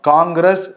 Congress